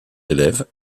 élèves